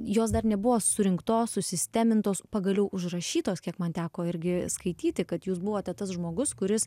jos dar nebuvo surinktos susistemintos pagaliau užrašytos kiek man teko irgi skaityti kad jūs buvote tas žmogus kuris